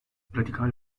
radikal